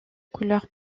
couleur